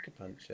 acupuncture